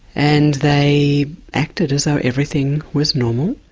and they acted as though everything was normal.